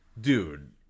dude